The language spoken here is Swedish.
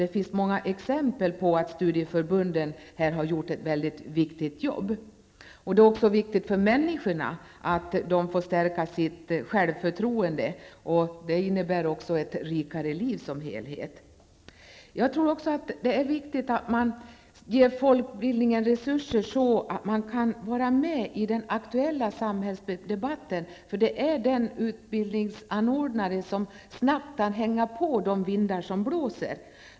Det finns många exempel på att studieförbunden här har gjort ett viktigt arbete. Det är också viktigt för människorna att få tillfälle att stärka sitt självförtroende. Det innebär också ett rikare liv som helhet. Jag tror också att det är viktigt att folkbildningen får resurser för att kunna delta i den aktuella samhällsdebatten. Det är den utbildningsanordnare som har resurser som snabbt kan hänga med i de vindar som blåser.